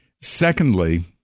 Secondly